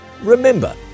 remember